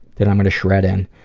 that i'm gonna shred in.